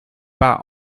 pas